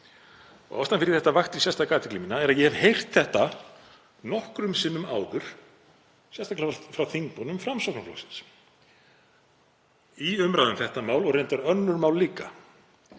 Ástæðan fyrir því að þetta vakti sérstaka athygli mína er að ég hef heyrt þetta nokkrum sinnum áður, sérstaklega frá þingmönnum Framsóknarflokksins í umræðu um þetta mál og reyndar önnur mál líka.